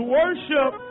worship